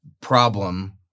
problem